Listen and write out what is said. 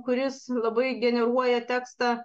kuris labai generuoja tekstą